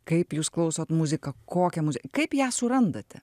kaip jūs klausot muziką kokią muzi kaip ją surandate